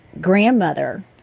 grandmother